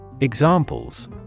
Examples